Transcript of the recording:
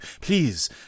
Please